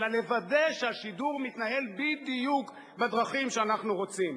אלא לוודא שהשידור מתנהל בדיוק בדרכים שאנחנו רוצים.